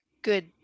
good